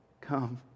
Come